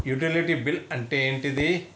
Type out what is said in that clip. Utility bill అంటే ఏంటిది?